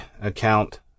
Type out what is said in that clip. account